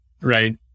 Right